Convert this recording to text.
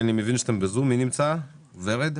נמצא בזום,